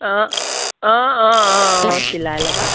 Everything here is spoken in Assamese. অঁ অঁ অঁ অঁ অঁ চিলাই ল'বা